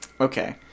Okay